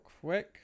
quick